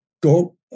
go